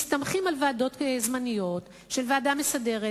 מסתמכים על ועדות זמניות של ועדה מסדרת,